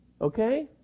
okay